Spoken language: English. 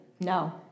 no